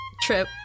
trip